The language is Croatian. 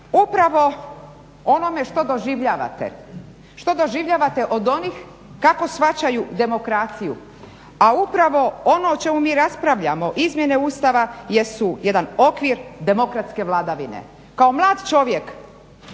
Upravo onome što doživljavate, što doživljavate od onih kako shvaćaju demokraciju, a upravo ono o čemu mi raspravljamo, izmjene Ustava jesu jedan okvir demokratske vladavine. Kao mlad čovjek,